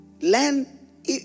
land